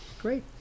Great